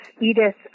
Edith